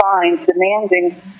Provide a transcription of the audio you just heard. demanding